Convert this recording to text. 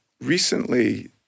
recently